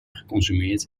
geconsumeerd